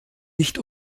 nicht